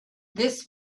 this